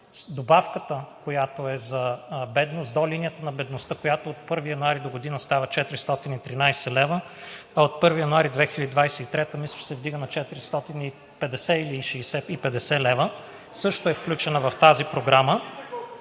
добавката, която е за бедност, до линията на бедността, която от 1 януари догодина става 413 лв., а от 1 януари 2023 г. мисля, че се вдига на 450 лв., също е включена в тази програма.